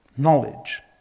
knowledge